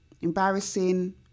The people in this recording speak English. embarrassing